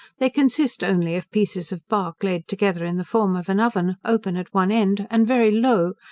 they consist only of pieces of bark laid together in the form of an oven, open at one end, and very low,